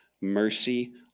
mercy